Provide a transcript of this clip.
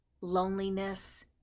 loneliness